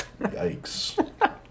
Yikes